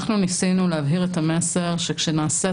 אנחנו ניסינו להבהיר את המסר שכשנעשית